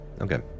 Okay